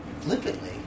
Flippantly